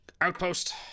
outpost